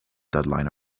deadline